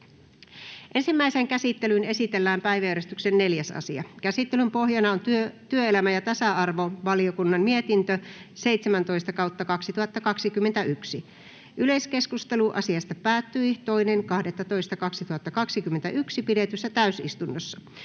Ensimmäiseen käsittelyyn esitellään päiväjärjestyksen 3. asia. Käsittelyn pohjana on valtiovarainvaliokunnan mietintö VaVM 30/2021 vp. Yleiskeskustelu asiasta päättyi 2.12.2021 pidetyssä täysistunnossa.